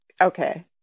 Okay